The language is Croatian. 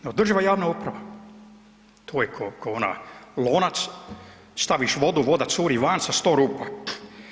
Neodrživa javna uprava, to je kao ona, lonac, staviš vodu, voda curi van sa 100 rupa.